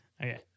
Okay